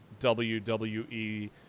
WWE